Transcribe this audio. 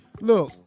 Look